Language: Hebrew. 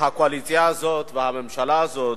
הקואליציה הזאת והממשלה הזאת,